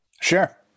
Sure